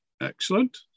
Excellent